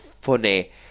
funny